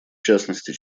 частности